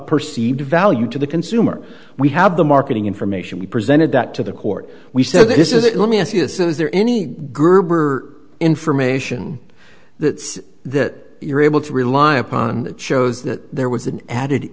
perceived value to the consumer we have the marketing information we presented that to the court we said this is it let me ask you this is there any gerber information that that you're able to rely upon that shows that there was an added